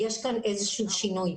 יש איזשהו שינוי.